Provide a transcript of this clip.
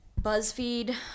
BuzzFeed